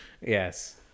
Yes